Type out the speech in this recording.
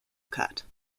cut